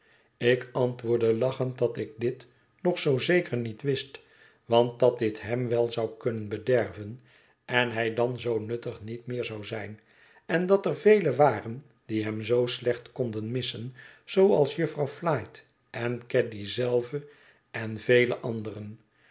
ik antwoordde lachend dat ik dit nog zoo zeker niet wist want dat dit hem wel zou kunnen bederven en hij dan zoo nuttig niet meer zou zijn en dat er velen waren die hem zoo slecht konden missen zooals jufvrouw flite én caddy zelve en vele anderen